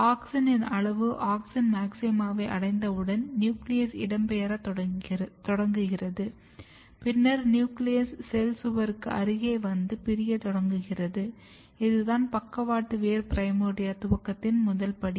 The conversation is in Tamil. ஆக்ஸினின் அளவு ஆக்ஸின் மாக்சிமாவை அடைந்தவுடன் நியூக்ளியஸ் இடம்பெயரத் தொடங்குகிறது பின்பு நியூக்ளியஸ் செல்ச் சுவருக்கு அருகே வந்து பிரியத் தொடங்குகிறதுஇதுதான் பக்கவாட்டு வேர் பிரமோர்டியா துவக்கத்தின் முதல் படி